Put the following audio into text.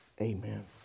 Amen